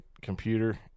computer